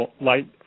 light